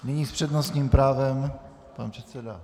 Nyní s přednostním právem pan předseda...